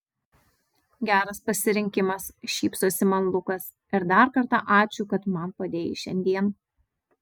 geras pasirinkimas šypsosi man lukas ir dar kartą ačiū kad man padėjai šiandien